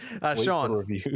Sean